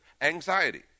anxiety